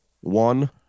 one